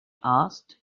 asked